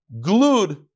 glued